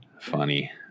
Funny